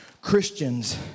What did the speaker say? Christians